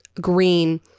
green